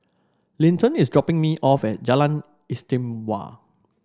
Linton is dropping me off at Jalan Istimewa